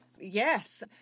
Yes